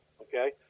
Okay